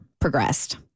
progressed